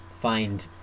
find